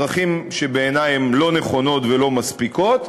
דרכים שבעיני הן לא נכונות ולא מספיקות,